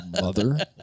mother